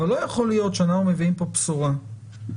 אבל לא יכול להיות שאנחנו מביאים פה בשורה לציבור